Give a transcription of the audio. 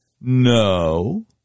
No